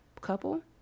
couple